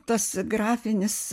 tas grafinis